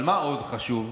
אבל מה עוד חשוב,